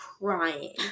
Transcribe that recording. crying